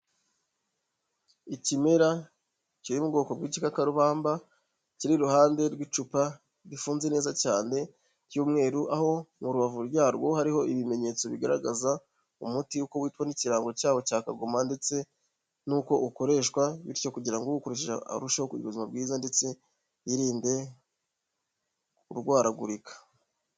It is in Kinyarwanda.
Ikimera kiri mu bwoko bw'igikakarubamba, kiri iruhande rw'icupa rifunze neza cyane ry'umweru, aho mu rubavu ryarwo hariho ibimenyetso bigaragaza umuti uko witwa n'ikirango cyawo cya kagoma, ndetse n'uko ukoreshwa bityo kugira ngo uwukoresheje arusheho kugira ubuzima bwiza ndetse yirinde kurwaragurika.